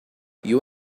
you